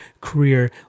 career